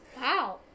Wow